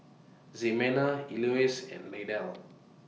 Zimena Elois and Lydell